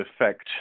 effect